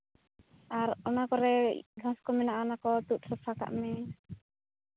ᱟᱨ ᱚᱱᱟ ᱠᱚᱨᱮ ᱜᱷᱟᱥ ᱠᱚ ᱢᱮᱱᱟᱜᱼᱟ ᱜᱷᱟᱥ ᱠᱚ ᱛᱩᱫ ᱥᱟᱯᱷᱟ ᱠᱟᱜ ᱢᱮ